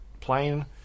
plane